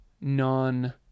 non